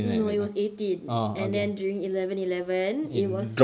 no it was eighteen and then during eleven eleven it was